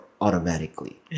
automatically